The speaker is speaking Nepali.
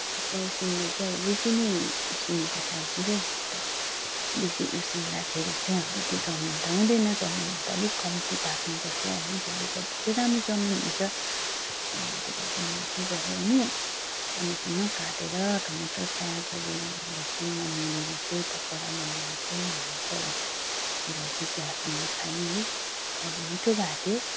थुक्पा उसिन्दा चाहिँ अब बेसी नै उसिनी पठाइछु क्या अन्त बेसी उसिन्दाखेरि चाहिँ अब त्यो चाउमिन त हुँदैन चाउमिनमा त अलिक कम्ती पाक्नुपर्छ होइन त्यसले गर्दा चाहिँ राम्रो चाउमिन हुन्छ अनि त्यसलाई चाहिँ मैले के गरेँ भने सानो सानो काटेर टमाटर प्याजहरू बेसनमा मोलेर चाहिँ पकौडा बनाएर चाहिँ हामीले चाहिँ अब त्यसलाई चाहिँ चियासँग खायौँ है अब मिठो भएको थियो